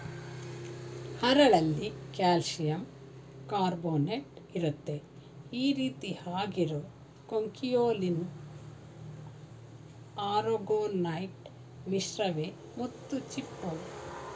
ಹರಳಲ್ಲಿ ಕಾಲ್ಶಿಯಂಕಾರ್ಬೊನೇಟ್ಇರುತ್ತೆ ಈರೀತಿ ಆಗಿರೋ ಕೊಂಕಿಯೊಲಿನ್ ಆರೊಗೊನೈಟ್ ಮಿಶ್ರವೇ ಮುತ್ತುಚಿಪ್ಪು